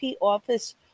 office